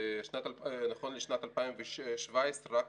נכון לשנת 2017 נחתמו הסכמים בתעשיות